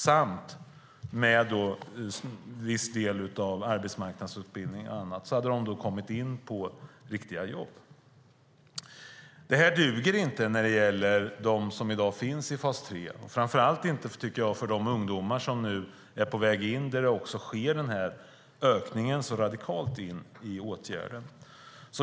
Genom detta, sammantaget med en viss arbetsmarknadsutbildning och annat, skulle de ha kommit in på riktiga jobb. Det duger inte när det gäller dem som i dag finns i fas 3. Framför allt duger det inte när det gäller de ungdomar som i dag är på väg in. Det sker en radikal ökning av ungdomar i åtgärden.